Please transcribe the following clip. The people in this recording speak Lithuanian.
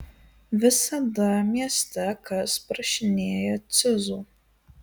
visada mieste kas prašinėja cizų